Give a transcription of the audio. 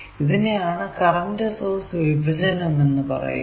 ഇതിനെ ആണ് current source വിഭജനം എന്ന് പറയുക